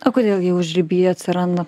o kodėl gi užribyje atsiranda